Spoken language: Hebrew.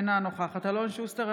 אינה נוכחת אלון שוסטר,